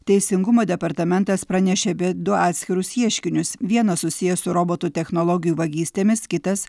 teisingumo departamentas pranešė apie du atskirus ieškinius vienas susijęs su robotų technologijų vagystėmis kitas